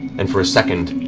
and for a second,